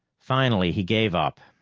finally he gave up.